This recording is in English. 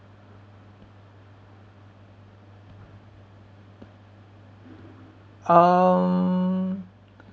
um